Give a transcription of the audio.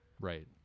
right